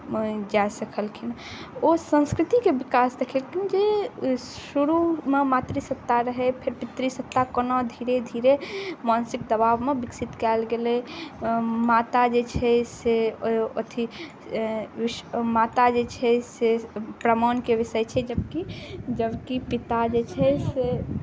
जा सकलखिन ओ संस्कृतिके विकास देखेलखिन जे शुरूमे मातृसत्ता रहै फेर पितृसत्ता कोना धीरे धीरे मानसिक दबावमे विकसित कएल गेलै माता जे छै से अथी माता जे छै से माता जे छै से प्रमाणके विषय छै जबकि पिता जे छै से